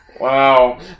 Wow